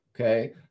okay